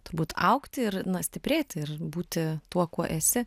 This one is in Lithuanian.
turbūt augti ir na stiprėti ir būti tuo kuo esi